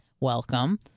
welcome